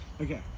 okay